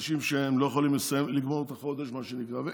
אנשים שלא יכולים לגמור את החודש, מה שנקרא.